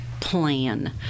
plan